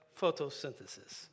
photosynthesis